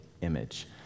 image